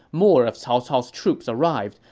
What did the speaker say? more of cao cao's troops arrived,